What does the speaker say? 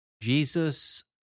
Jesus